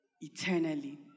Eternally